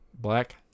Black